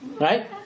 right